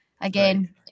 Again